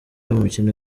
imikino